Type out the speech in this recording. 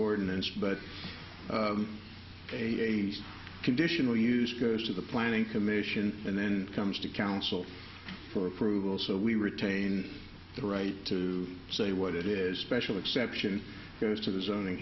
ordinance but a conditional use goes to the planning commission and then comes to council for approval so we retain the right to say what it is special exception goes to the zoning